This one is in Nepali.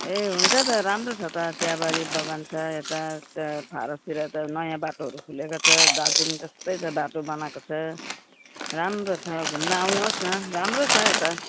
ए हुन्छ त राम्रो छ त चियाबारी बगान छ यता फारसतिर त नयाँ बाटोहरू खोलिएको छ दार्जिलिङ जस्तै छ बाटो बनाएको छ राम्रो छ घुम्न आउनुहोस् न राम्रो छ यता